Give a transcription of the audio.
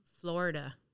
Florida